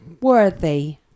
worthy